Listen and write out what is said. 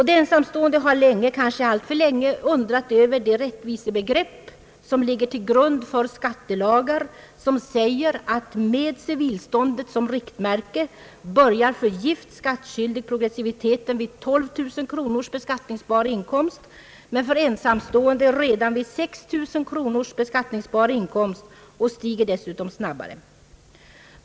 De ensamstående har länge — kanske alltför länge — undrat över det rättvisebegrepp som ligger till grund för skattelagar som säger att med civilståndet som riktmärke börjar för gift skattskyldig progressiviteten vid 12 000 kro Ang. den ekonomiska politiken, m.m. nors beskattningsbar inkomst men för ensamstående redan vid 6 000 kronor beskattningsbar inkomst och stiger dessutom snabbare.